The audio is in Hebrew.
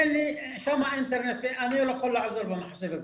אין לי שם אינטרנט ואני לא יכול להיעזר במחשב הזה.